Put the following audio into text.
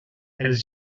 els